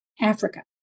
Africa